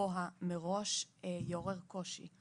גבוה מראש יעורר קושי.